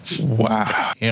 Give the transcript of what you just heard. Wow